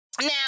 Now